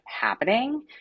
happening